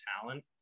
talent